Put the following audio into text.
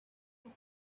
otra